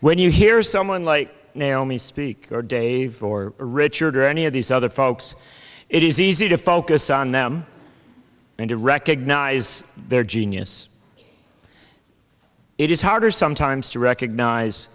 when you hear someone like now only speak or dave or richard or any of these other folks it is easy to focus on them and to recognize their genius it is harder sometimes to recognize